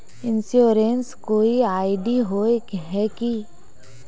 Insurance कोई ID होय है की?